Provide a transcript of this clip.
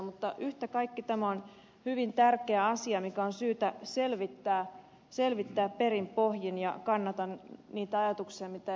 mutta yhtä kaikki tämä on hyvin tärkeä asia mikä on syytä selvittää perin pohjin ja kannatan niitä ajatuksia mitä ed